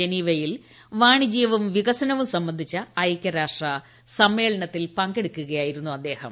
ജനീവയിൽ വാണിജ്യവും വികസനവും സംബന്ധിച്ച ഐക്യരാഷ്ട്രസമ്മേളന ത്തിൽ പങ്കെടുക്കുകയായിരുന്നു അദ്ദേഹം